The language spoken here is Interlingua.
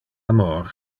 amor